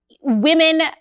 women